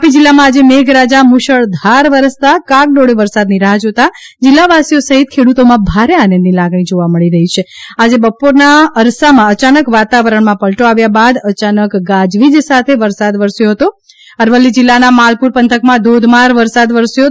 તાપી જિલ્લામાં આજે મેઘરાજા મુશળધાર વરસતા કાગડીળે વરસાદની રાફ જોતા જિલ્લાવાસીઓ સહિત ખેડૂતોમાં ભારે આનંદની લાગણી જોવા મળી રહી છે આજે બપોરના અરસામાં અચાનક વાતાવરણમાં પલટો આવ્યા બાદ અયાનક ગાજવીજ સાથે વરસ્યો હતો અરવલ્લી જિલ્લાના માલપુર પંથકમાં ધોધમાર વરસાદ વરસ્યો હતો